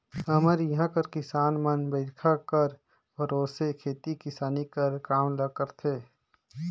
हमर इहां कर किसान मन बरिखा कर भरोसे खेती किसानी कर काम ल करथे